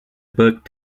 book